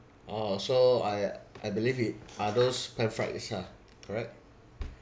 orh so I I believe it are those pan fried ah correct